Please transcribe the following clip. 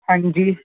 ਹਾਂਜੀ